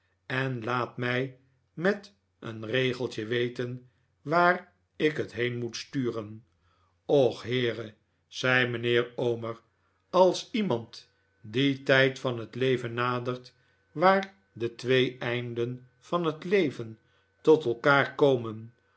en laat mij met een regeltje weten waar ik het heen moet sturen och heere zei mijnheer omer als iemand dien tijd van het leven nadert waar de twee einden van het leven tot elkaar komen